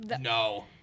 No